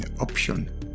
option